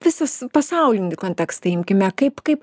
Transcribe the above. visas pasaulinį kontekstą imkime kaip kaip